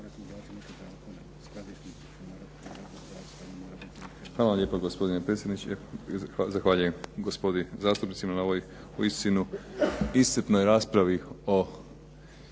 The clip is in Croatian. Hvala vam lijepo gospodine predsjedniče, zahvaljujem gospodi zastupnicima na ovoj uistinu iscrpnoj raspravi o